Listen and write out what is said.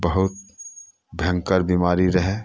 बहुत भयङ्कर बिमारी रहै